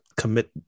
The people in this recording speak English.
commit